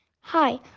Hi